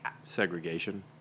Segregation